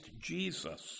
Jesus